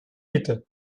mitte